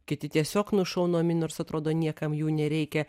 kiti tiesiog nušaunami nors atrodo niekam jų nereikia